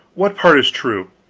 what part is true?